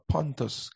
Pontus